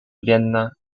vienna